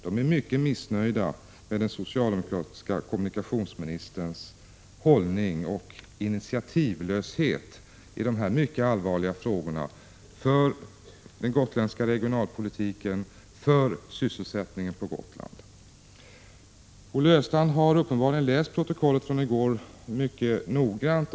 De är mycket missnöjda med den socialdemokratiske kommunikationsministerns hållning och initiativlöshet i de här för den gotländska regionalpolitiken och för sysselsättningen på Gotland mycket allvarliga frågorna. Olle Östrand har uppenbarligen läst protokollet från i går noggrant.